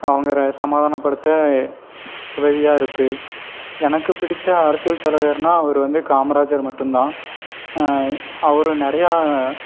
அவங்களை சமாதானப்படுத்த உதவியாக இருக்குது எனக்கு பிடித்த அரசியல் தலைவர்னால் அவர் வந்து காமராஜர் மட்டும் தான் அவர் நிறையா